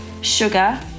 Sugar